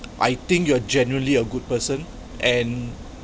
I think you are generally a good person and